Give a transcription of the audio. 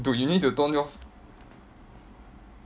dude you need to turn off